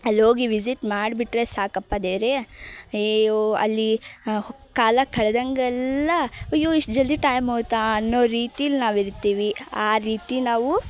ಅಲ್ಲೋಗಿ ವಿಝಿಟ್ ಮಾಡಿಬಿಟ್ರೆ ಸಾಕಪ್ಪ ದೇವರೇ ಅಯ್ಯಯ್ಯೋ ಅಲ್ಲಿ ಕಾಲ ಕಳೆದಂಗೆಲ್ಲ ಅಯ್ಯೋ ಇಷ್ಟು ಜಲ್ದಿ ಟೈಮ್ ಹೋಯ್ತಾ ಅನ್ನೋ ರೀತಿಲಿ ನಾವಿರ್ತೀವಿ ಆ ರೀತಿ ನಾವು